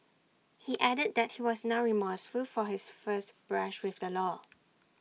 he added that he was now remorseful for his first brush with the law